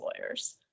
lawyers